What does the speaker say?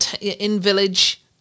in-village